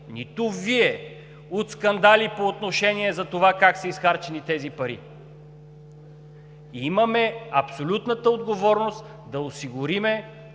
нито Вие, от скандали по отношение на това как са изхарчени тези пари. Имаме абсолютната отговорност да осигурим,